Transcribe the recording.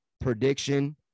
prediction